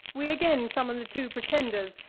we again summon the two pretenders,